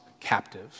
captive